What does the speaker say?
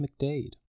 McDade